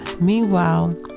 meanwhile